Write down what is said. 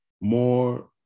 more